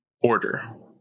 order